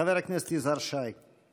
חבר הכנסת יזהר שי.